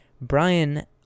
Brian